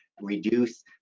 reduce